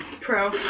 Pro